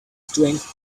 strength